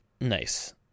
Nice